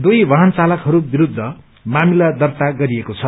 दुवै वाहन चलाकहरू विरूद्ध मामिला दर्ता गरिएको छ